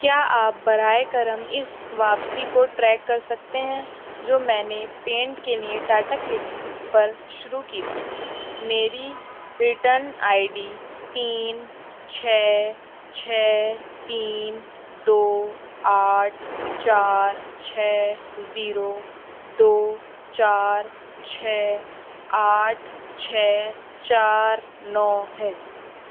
کیا آپ برائے کرم اس واپسی کو ٹریک کر سکتے ہیں جو میں نے پینٹ کے لیے ٹاٹا کلک پر شروع کی تھی میری ریٹرن آئی ڈی تین چھ چھ تین دو آٹھ چار چھ زیرو دو چار چھ آٹھ چھ چار نو ہے